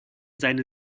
seine